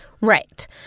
Right